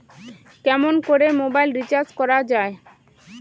কেমন করে mobile recharge করা য়ায়?